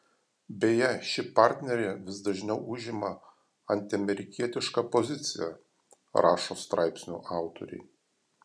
beje ši partnerė vis dažniau užima antiamerikietišką poziciją rašo straipsnių autoriai